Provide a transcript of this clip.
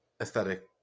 aesthetic